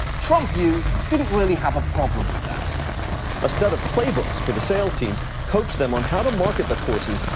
trump u didn't really have a problem with that. man a set of playbooks for the sales team coached them on how to market the courses,